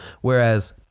Whereas